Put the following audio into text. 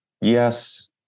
yes